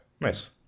nice